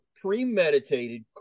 premeditated